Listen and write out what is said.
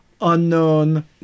unknown